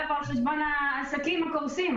חשבון העסקים הקורסים.